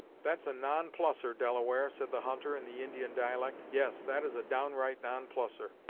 that's a non-plusser, delaware, said the hunter, in the indian dialect yes, that is a downright non-plusser!